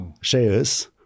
shares